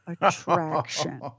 attraction